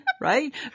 Right